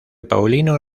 paulino